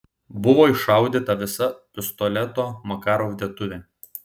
buvo iššaudyta visa pistoleto makarov dėtuvė